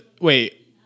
wait